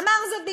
אמר זאת במפורש,